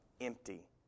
empty